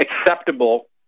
acceptable